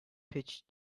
pitch